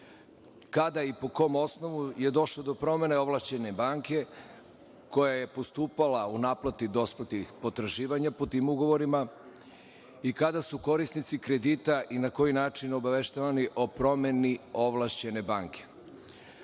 Kada i po kom osnovu je došlo do promene ovlašćene banke koja je postupala u naplati dospelih potraživanja po tim ugovorima? Kada su korisnici kredita i na koji način obaveštavani o promeni ovlašćene